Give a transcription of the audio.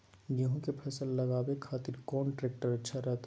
गेहूं के फसल लगावे खातिर कौन ट्रेक्टर अच्छा रहतय?